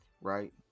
right